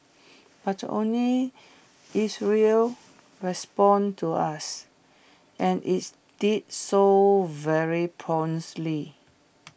but only Israel responded to us and IT did so very promptly